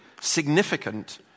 significant